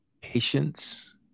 patience